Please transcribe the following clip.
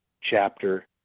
chapter